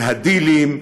של הדילים,